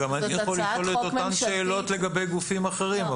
גם אני יכול לשאול את אותן שאלות לגבי גופים אחרים,